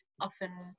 often